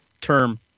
term